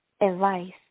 advice